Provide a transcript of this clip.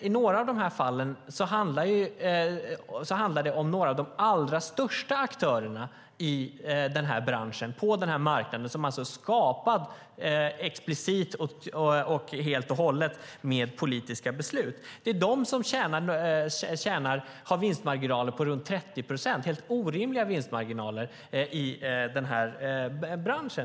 I några av fallen handlar det om några av de allra största aktörerna i branschen - på denna marknad som är skapad explicit och helt och hållet med politiska beslut. Det är de som har vinstmarginaler på runt 30 procent. Det är helt orimliga vinstmarginaler i denna bransch.